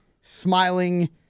smiling